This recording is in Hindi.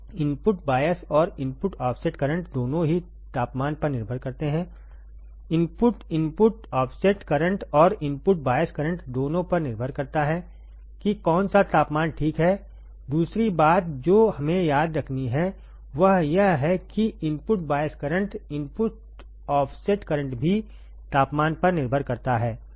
इनपुट बायस और इनपुट ऑफसेट करंट दोनों ही तापमान पर निर्भर करते हैं इनपुट इनपुट ऑफ़सेट करंट और इनपुट बायस करंट दोनों पर निर्भर करता है कि कौन सा तापमान ठीक है दूसरी बात जो हमेंयाद रखनी है वह यह है कि input bias current input offset current भी तापमान पर निर्भर करता है